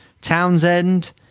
Townsend